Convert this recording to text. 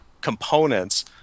components